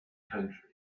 country